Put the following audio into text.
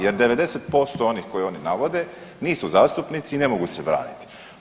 Jer 90% onih koji oni navode, nisu zastupnici i ne mogu se braniti.